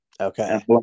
Okay